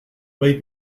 may